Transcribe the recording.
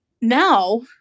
now